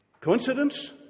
Coincidence